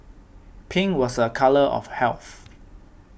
pink was a colour of health